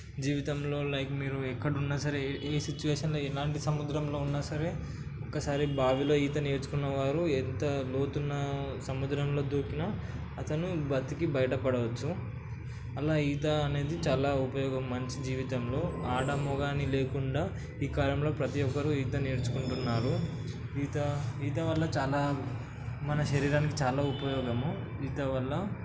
జీవితంలో లైక్ మీరు ఎక్కడున్నా సరే ఏ సిచ్యువేషన్లో ఎలాంటి సముద్రంలో ఉన్నా సరే ఒక్కసారి బావిలో ఈత నేర్చుకున్నవారు ఎంత లోతు ఉన్న సముద్రంలో దూకిన అతను బ్రతికి బయటపడవచ్చు అలా ఈత అనేది చాలా ఉపయోగం మనిషి జీవితంలో ఆడ మగ అని లేకుండా ఈ కాలంలో ప్రతీ ఒక్కరు ఈత నేర్చుకుంటున్నారు ఈత ఈత వల్ల చాలా మన శరీరానికి చాలా ఉపయోగము ఈత వల్ల